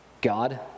God